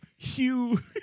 Hugh